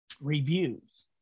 reviews